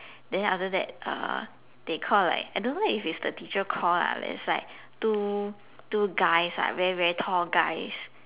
then after that uh they call like I don't know if it's the teacher call lah there is like two two guys lah very very tall guys